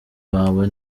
wawe